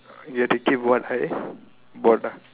get to keep what I bought ah